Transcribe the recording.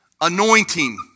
anointing